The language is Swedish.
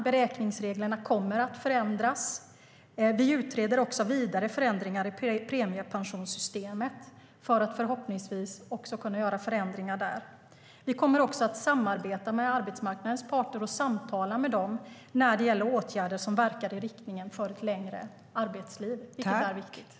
Beräkningsreglerna kommer att ändras. Vi utreder premiepensionssystemet för att förhoppningsvis där kunna göra förändringar. Vi kommer dessutom att samarbeta med arbetsmarknadens parter och samtala med dem beträffande åtgärder som verkar i riktning mot ett längre arbetsliv, vilket är viktigt.